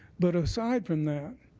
but aside from that,